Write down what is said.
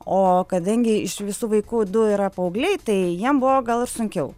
o kadangi iš visų vaikų du yra paaugliai tai jiem buvo gal ir sunkiau